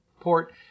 port